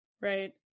right